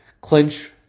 clinch